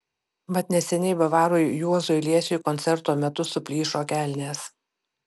mat neseniai bavarui juozui liesiui koncerto metu suplyšo kelnės